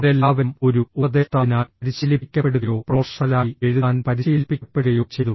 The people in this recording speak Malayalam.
അവരെല്ലാവരും ഒരു ഉപദേഷ്ടാവിനാൽ പരിശീലിപ്പിക്കപ്പെടുകയോ പ്രൊഫഷണലായി എഴുതാൻ പരിശീലിപ്പിക്കപ്പെടുകയോ ചെയ്തു